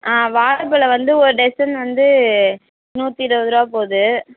ஆ வாழப்பழம் வந்து ஒரு டசன் வந்து நூற்று இருபது ரூபாய் போகுது